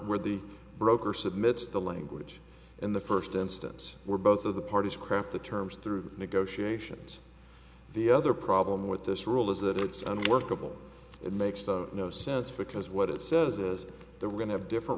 where the broker submit the language in the first instance were both of the parties craft the terms through negotiations the other problem with this rule is that it's unworkable and makes no sense because what it says as the we're going to have different